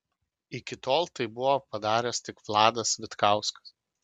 iki tol tai buvo padaręs tik vladas vitkauskas